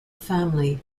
family